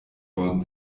worden